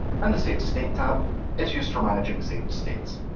and the saved state tab is used for managing saved states.